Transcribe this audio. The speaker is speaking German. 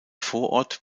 vorort